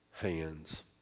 Hands